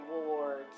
rewards